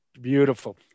Beautiful